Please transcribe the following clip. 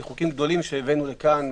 בחוקים גדולים שהבאנו לכאן,